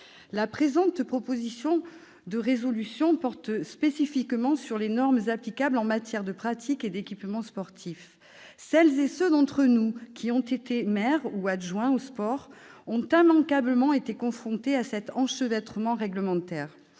La présente proposition de résolution porte spécifiquement sur les normes applicables en matière de pratique et d'équipements sportifs. Celles et ceux d'entre nous qui ont été maire ou adjoint aux sports ont immanquablement été confrontés à cet enchevêtrement réglementaire,